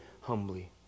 humbly